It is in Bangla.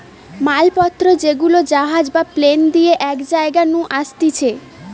মাল পত্র যেগুলা জাহাজ বা প্লেন দিয়ে এক জায়গা নু আসতিছে